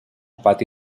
pati